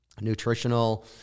nutritional